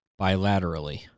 bilaterally